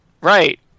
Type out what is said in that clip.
Right